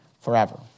forever